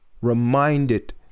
reminded